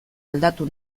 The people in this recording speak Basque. aldatu